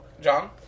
John